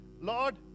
lord